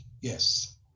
Yes